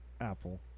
apple